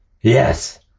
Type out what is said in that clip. Yes